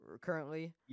currently